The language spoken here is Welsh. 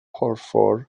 porffor